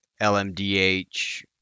LMDH